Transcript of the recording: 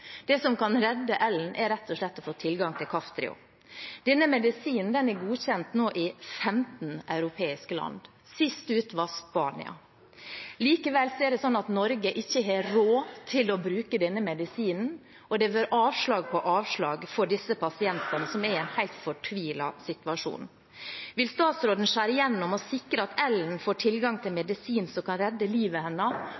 Det som kan redde Ellen, er rett og slett å få tilgang til Kaftrio. Denne medisinen er nå godkjent i 15 europeiske land. Sist ute var Spania. Likevel er det sånn at Norge ikke har råd til å bruke denne medisinen, og det blir avslag på avslag for disse pasientene, som er i en helt fortvilet situasjon. Vil statsråden skjære igjennom og sikre at Ellen får tilgang til